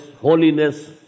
holiness